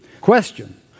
Question